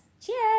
Cheers